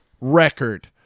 record